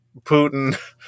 Putin